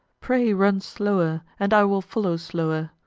pray run slower, and i will follow slower.